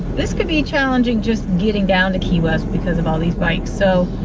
this could be challenging just getting down to key west because of all these bikes, so.